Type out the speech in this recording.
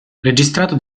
registrato